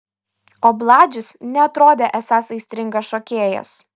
o bladžius neatrodė esąs aistringas šokėjas